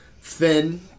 thin